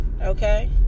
okay